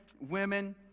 women